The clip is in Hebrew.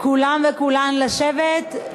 כולם וכולן לשבת,